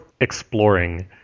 exploring